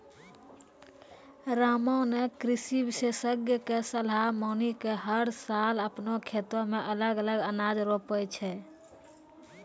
रामा नॅ कृषि विशेषज्ञ के सलाह मानी कॅ हर साल आपनों खेतो मॅ अलग अलग अनाज रोपै छै